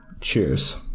cheers